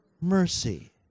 mercy